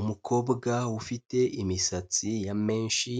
Umukobwa ufite imisatsi ya menshi